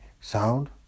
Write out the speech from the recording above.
sound